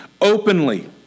openly